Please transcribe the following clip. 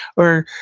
or,